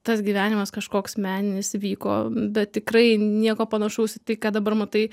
tas gyvenimas kažkoks meninis vyko bet tikrai nieko panašaus į tai ką dabar matai